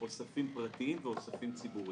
אוספים פרטיים ואוספים ציבוריים.